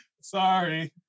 Sorry